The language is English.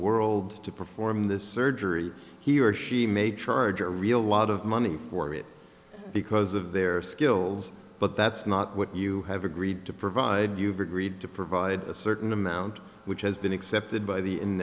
world to perform this surgery he or she may charge a real lot of money for it because of their skills but that's not what you have agreed to provide you've agreed to provide a certain amount which has been accepted by the